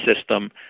system